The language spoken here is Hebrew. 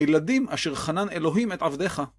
ילדים אשר חנן אלוהים את עבדך.